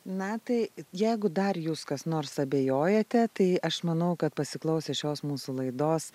na tai jeigu dar jūs kas nors abejojate tai aš manau kad pasiklausę šios mūsų laidos